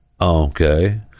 okay